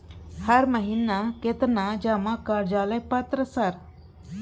हर महीना केतना जमा कार्यालय पत्र सर?